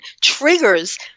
triggers